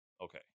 okay